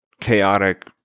chaotic